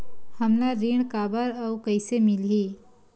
हमला ऋण काबर अउ कइसे मिलही?